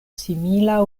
simila